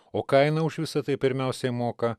o kaina už visa tai pirmiausiai moka